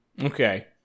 Okay